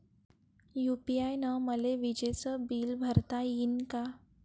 UPI न मले विजेचं बिल भरता यीन का?